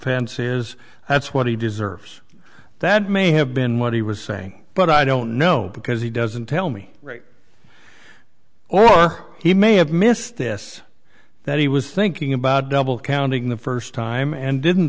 is that's what he deserves that may have been what he was saying but i don't know because he doesn't tell me right or he may have missed this that he was thinking about double counting the first time and didn't